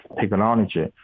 technology